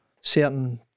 certain